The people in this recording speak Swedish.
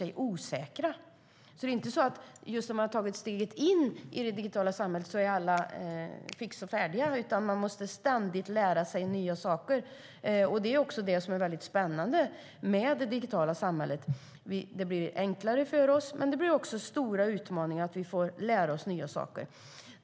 Allt är inte helt fixt och färdigt när man tagit steget in i det digitala samhället, utan man måste ständigt lära sig nya saker. Det är också det som är spännande med det digitala samhället. Det blir enklare för oss, men det innebär också stora utmaningar där vi får lära oss nya saker.